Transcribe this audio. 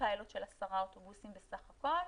פיילוט של עשרה אוטובוסים בסך הכול